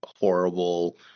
horrible